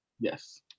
yes